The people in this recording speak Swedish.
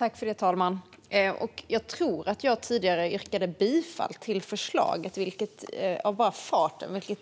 Herr talman! Jag tror att jag tidigare av bara farten yrkade bifall till förslaget, vilket